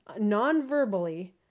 non-verbally